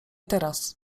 teraz